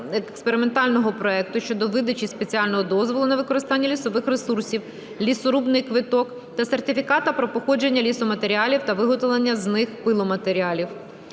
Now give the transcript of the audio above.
експериментального проекту щодо видачі спеціального дозволу на використання лісових ресурсів (лісорубний квиток) та сертифіката про походження лісоматеріалів та виготовлених з них пиломатеріалів".